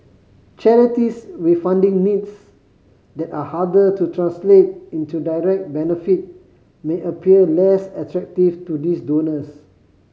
charities with funding needs that are harder to translate into direct benefit may appear less attractive to these donors